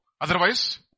Otherwise